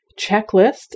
checklist